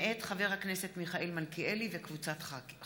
מאת חברי הכנסת אילן גילאון, אלי אלאלוף, דב חנין,